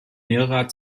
mehrerer